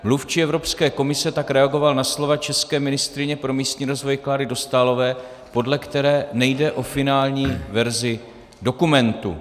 Mluvčí Evropské komise tak reagoval na slova české ministryně pro místní rozvoj Kláry Dostálové, podle které nejde o finální verzi dokumentu.